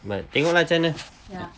but tengok lah macam mana